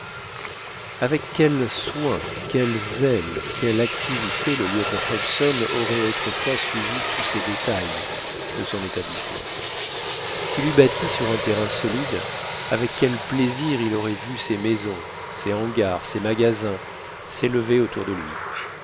avec quel soin quel zèle quelle activité le lieutenant hobson aurait autrefois suivi tous ces détails de son établissement s'il eût bâti sur un terrain solide avec quel plaisir il aurait vu ces maisons ces hangars ces magasins s'élever autour de lui